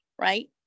right